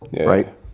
right